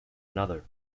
another